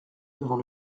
devant